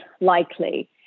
likely